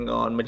on